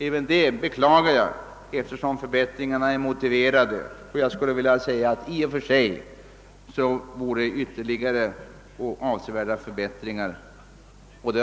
Även det beklagar jag, eftersom dessa förbättringar är motiverade. I och för sig vore ytterligare avsevärda förbättringar önskvärda.